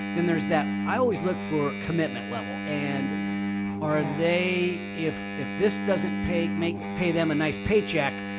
then there's that i always look for commitment level and are they if if this doesn't pay, make pay them a nice paycheck?